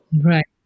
Right